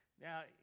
Now